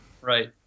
Right